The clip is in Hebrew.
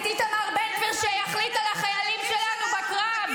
את עומדת ומסכנת את חיילינו --- אני מתביישת בך ובראש הממשלה שלך.